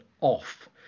off